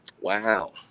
wow